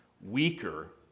weaker